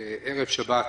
ערב שבת.